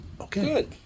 okay